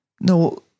no